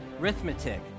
Arithmetic